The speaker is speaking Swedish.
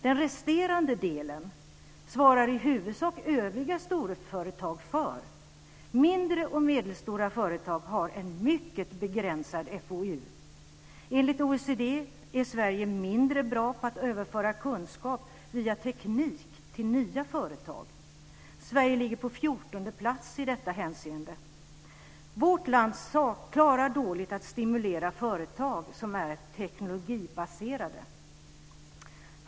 Den resterande delen svarar i huvudsak de övriga storföretagen för. Mindre och medelstora företag har en mycket begränsad forskning och utveckling. Enligt OECD är Sverige mindre bra på att överföra kunskap via teknik till nya företag. Sverige ligger på 14:e plats i detta hänseende. Vårt land klarar dåligt att stimulera företag som är teknologibaserade.